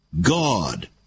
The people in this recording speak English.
God